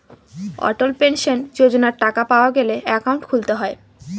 অটল pension যোজনার টাকা পাওয়া গেলে একাউন্ট খুলতে হয়